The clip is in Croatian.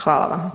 Hvala